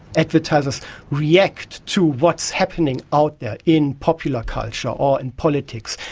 advertisers react to what's happening out there in popular culture or in politics,